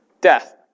Death